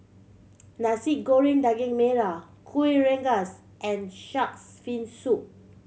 Nasi Goreng Daging Merah Kuih Rengas and Shark's Fin Soup